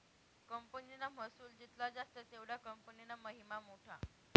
कंपनीना महसुल जित्ला जास्त तेवढा कंपनीना महिमा मोठा